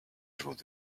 through